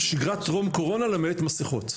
שגרת טרום קורונה למעט מסכות?